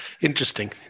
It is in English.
Interesting